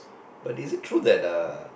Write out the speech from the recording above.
but is it true that uh